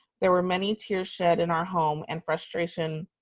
there were many tears shed in our home and frustration